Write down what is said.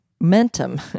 momentum